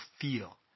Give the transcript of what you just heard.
feel